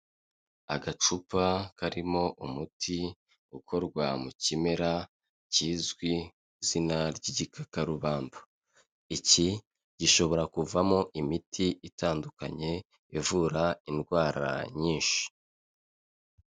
Agacupa karimo umuti ukorwa mu kimera kizwi, izina ry'igikakarubamba. Iki gishobora kuvamo imiti itandukanye ivura indwara nyinshi.